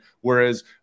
whereas